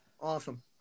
Awesome